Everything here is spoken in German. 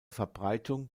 verbreitung